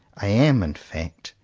i am, in fact,